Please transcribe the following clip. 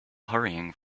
hurrying